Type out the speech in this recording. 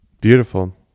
beautiful